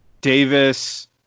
Davis